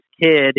kid